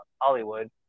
Hollywood